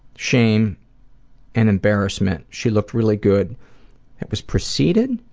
shame and embarrassment. she looked really good. that was preceded?